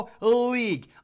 league